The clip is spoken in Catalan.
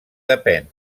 depèn